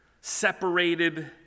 separated